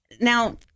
now